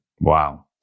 Wow